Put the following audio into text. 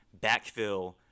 backfill